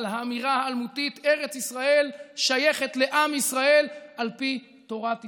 על האמירה האלמותית: ארץ ישראל שייכת לעם ישראל על פי תורת ישראל.